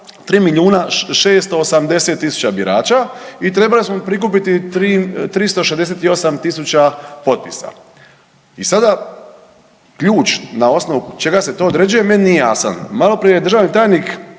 3 milijuna 680 tisuća birača i trebali smo prikupiti 368.000 potpisa. I sada ključ na osnovu čega se to određuje meni nije jasan. Maloprije je državni tajnik